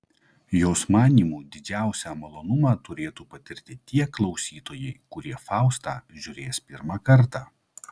jos manymu didžiausią malonumą turėtų patirti tie klausytojai kurie faustą žiūrės pirmą kartą